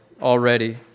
already